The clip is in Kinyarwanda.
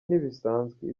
ntibisanzwe